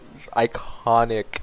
Iconic